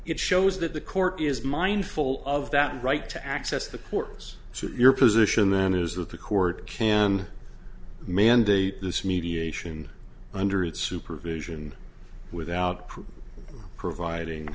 it shows that the court is mindful of that right to access the courts so your position then is that the court can mandate this mediation under its supervision without providing